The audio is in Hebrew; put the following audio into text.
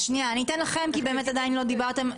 אני אתן לכם כי באמת עדיין לא דיברתם.